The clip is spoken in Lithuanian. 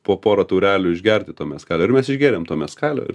po porą taurelių išgerti to meskalio irmes išgėrėm to meskalio ir